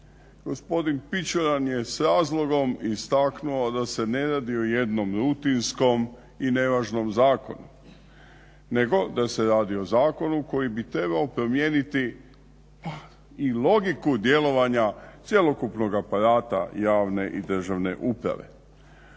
Gospodin Pičuljan je s razlogom istaknuo da se ne radi o jednom rutinskom i nevažnom zakonu, nego da se radi o zakonu koji bi trebao promijeniti i logiku djelovanja cjelokupnog aparata javne i državne uprave.